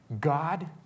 God